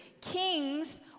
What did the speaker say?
kings